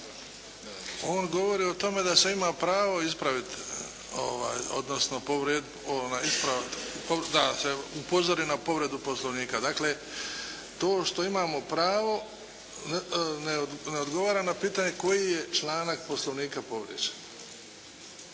on govori o tome da se ima pravo ispraviti, odnosno da se upozori na povredu Poslovnika. Dakle, to što imamo pravo ne odgovara na pitanje koji je članak Poslovnika povrijeđen.